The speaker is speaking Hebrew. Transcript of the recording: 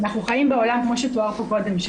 אנחנו חיים בעולם כמו שתואר פה קודם,